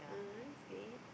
ah that's good